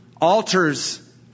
Altars